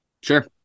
Sure